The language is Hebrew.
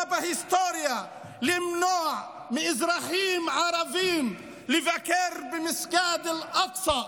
בהיסטוריה על למנוע מאזרחים ערבים לבקר במסגד אל-אקצא,